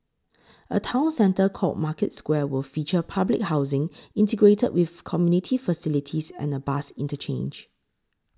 a town centre called Market Square will feature public housing integrated with community facilities and a bus interchange